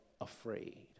afraid